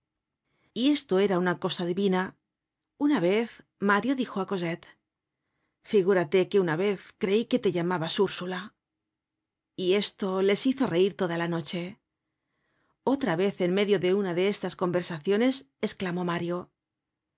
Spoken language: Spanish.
y esto era una cosa divina una vez mario dijo á cosette figúrate que una vez crei que te llamabas ursula y esto les hizo reir toda la noche otra vez en medio de una de estas conversaciones esclamó mario